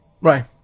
Right